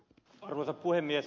arvoisa puhemies